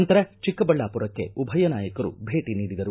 ನಂತರ ಚಿಕ್ಕಬಳ್ಳಾಪುರಕ್ಕೆ ಉಭಯ ನಾಯಕರು ಭೇಟಿ ನೀಡಿದರು